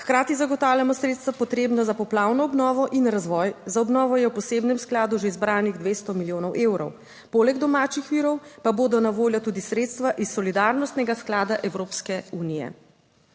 Hkrati zagotavljamo sredstva, potrebna za poplavno obnovo in razvoj. Za obnovo je v posebnem skladu že zbranih 200 milijonov evrov, poleg domačih virov pa bodo na voljo tudi sredstva iz solidarnostnega sklada Evropske unije.